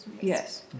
yes